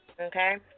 Okay